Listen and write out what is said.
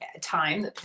time